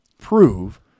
prove